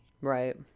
Right